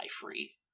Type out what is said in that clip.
free